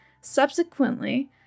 Subsequently